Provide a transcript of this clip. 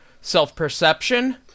self-perception